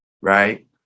right